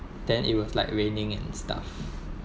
then it was like raining and stuff